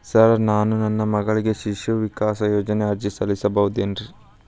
Sir ನಾನು ನನ್ನ ಮಗಳಿಗೆ ಶಿಶು ವಿಕಾಸ್ ಯೋಜನೆಗೆ ಅರ್ಜಿ ಸಲ್ಲಿಸಬಹುದೇನ್ರಿ?